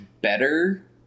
better